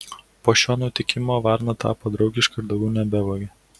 po šio nutikimo varna tapo draugiška ir daugiau nebevogė